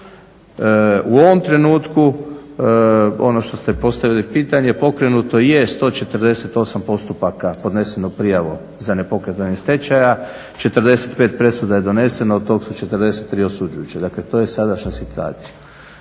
U ovom trenutku ono što ste postavili pitanje pokrenuto je 148 postupaka podnesene prijave za nepokretanje stečaja, 45 presuda je doneseno, od tog su 43 osuđujuće. Dakle, to je sadašnja situacija.